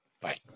Bye